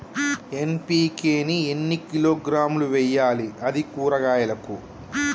NPK ని ఎన్ని కిలోగ్రాములు వెయ్యాలి? అది కూరగాయలకు?